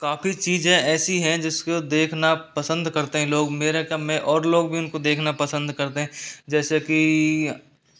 काफ़ी चीज़ें ऐसी हैं जिसको देखना पसंद करते हैं लोग मेरे क्या मैं और लोग भी उनको देखना पसंद करते हैं जैसे कि